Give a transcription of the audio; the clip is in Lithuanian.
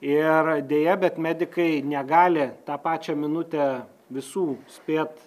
ir deja bet medikai negali tą pačią minutę visų spėt